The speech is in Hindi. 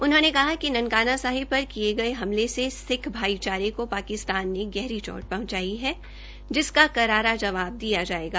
उन्होंने कहा कि ननकाना साहिब पर किए गए हमले से सिख भाईचारे को पाकिस्तान ने गहरी चोट पहुंचाई है जिसका करारा जवाब दिया जायेगा